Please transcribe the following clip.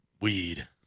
weed